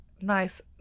nice